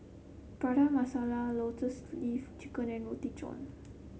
Prata Masala Lotus Leaf Chicken and Roti John